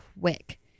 quick